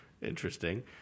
Interesting